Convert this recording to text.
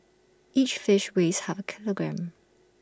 each fish weighs half A kilogram